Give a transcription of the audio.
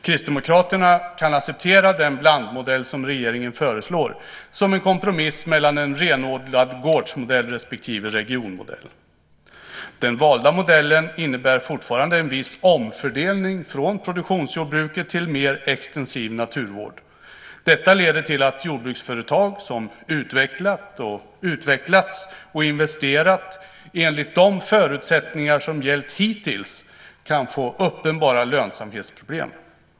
Kristdemokraterna kan acceptera den blandmodell som regeringen föreslår som en kompromiss mellan en renodlad gårdsmodell respektive regionmodell. Den valda modellen innebär fortfarande en viss omfördelning från produktionsjordbruket till mer extensiv naturvård. Detta leder till att jordbruksföretag som utvecklat, utvecklats och investerat enligt de förutsättningar som gällt hittills kan få uppenbara lönsamhetsproblem.